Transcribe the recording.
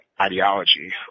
ideology